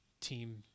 team